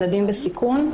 ילדים בסיכון,